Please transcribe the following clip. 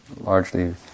largely